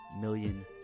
million